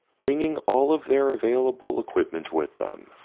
bringing all of their available equipment with them.